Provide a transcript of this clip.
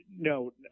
No